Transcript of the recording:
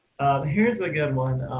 here's a good one.